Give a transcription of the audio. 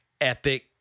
epic